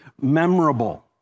memorable